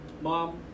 Mom